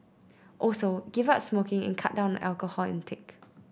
also give up smoking and cut down on alcohol intake